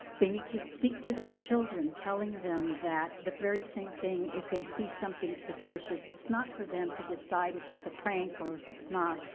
they need to speak to their children, telling them that the very same thing if they see something suspicious it's not for them to decide if it's a prank or if it's not,